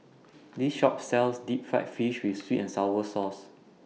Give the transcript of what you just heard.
This Shop sells Deep Fried Fish with Sweet and Sour Sauce